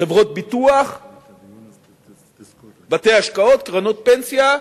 חברות ביטוח, בתי-השקעות, קרנות פנסיה,